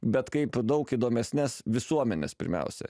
bet kaip daug įdomesnes visuomenes pirmiausia